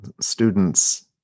students